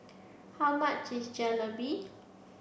how much is Jalebi